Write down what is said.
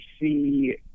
see